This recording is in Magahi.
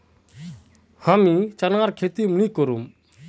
हमीं चनार खेती नी करुम